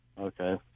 Okay